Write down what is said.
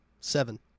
Seven